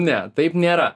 ne taip nėra